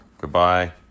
Goodbye